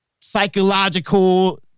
psychological